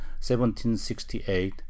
1768